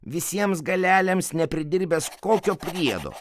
visiems galelėms nepridirbęs kokio priedo